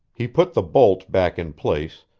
he put the bolt back in place,